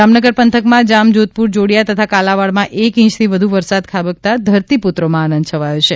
જામનગર પંથકમાં જામજોધપુર જોડીયા તથા કાલાવાડમાં એક ઇંચથી વધુ વરસાદ ખાબકતાં ધરતીપુત્રોમાં આનંદ છવાયો છે